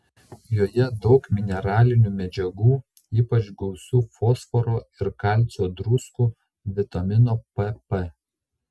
joje daug mineralinių medžiagų ypač gausu fosforo ir kalcio druskų vitamino pp